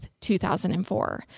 2004